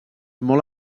molt